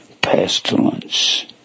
pestilence